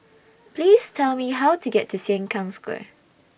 Please Tell Me How to get to Sengkang Square